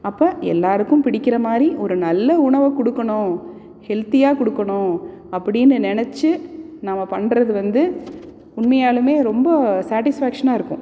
அப்போ எல்லோருக்கும் பிடிக்கிற மாதிரி ஒரு நல்ல உணவை கொடுக்கணும் ஹெல்த்தியாக கொடுக்கணும் அப்படின்னு நினைச்சு நாம் பண்ணுறது வந்து உண்மையாலும் ரொம்ப சாட்டிஸ்ஃபேக்ஷனாக இருக்கும்